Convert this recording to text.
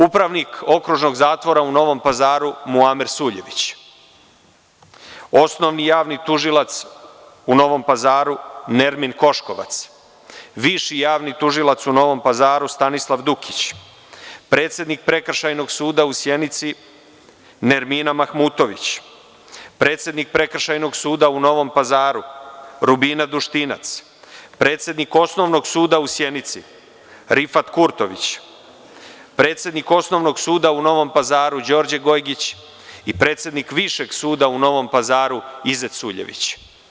Upravnik Okružnog zatvora u Novom Pazaru Muamer Suljević, osnovni javni tužilac u Novom Pazaru Nermin Koškovac, viši javni tužilac u Novom Pazaru Stanislav Dukić, predsednik Prekršajnog suda u Sjenici Nermina Mahmutović, predsednik Prekršajnog suda u Novom Pazaru Rubina Duštinac, predsednik Osnovnog suda u Sjenici Rifat Kurtović, predsednik Osnovnog suda u Novom Pazaru Đorđe Gojgić i predsednik Višeg suda u Novom Pazaru Izet Suljević.